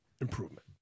Improvement